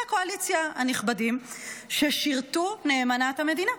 הקואליציה הנכבדים ששירתו נאמנה את המדינה.